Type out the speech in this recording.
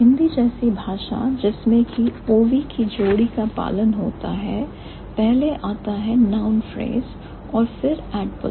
हिंदी जैसी भाषा जिसमें की OV की जोड़ी का पालन होता है पहले आता है noun phrase और फिर adposition